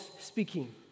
speaking